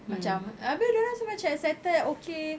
macam abeh dia orang semua macam excited okay